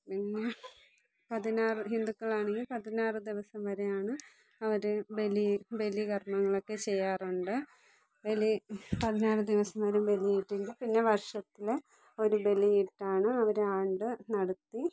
പിന്നെ പതിനാറ് ഹിന്ദുക്കൾ ആണെങ്കിൽ പതിനാറ് ദിവസം വരെയാണ് അവർ ബലി ബലികർമ്മങ്ങൾ ഒക്കെ ചെയ്യാറുണ്ട് ബലി പതിനാറ് ദിവസം വരെ ബലി ഇട്ടിട്ട് പിന്നെ വർഷത്തിൽ ഒരു ബലി ഇട്ടാണ് അവർ ആണ്ട് നടത്തി